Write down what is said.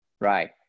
right